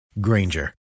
Granger